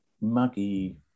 muggy